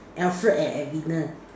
Alfred and edwina